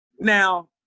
Now